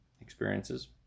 experiences